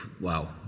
wow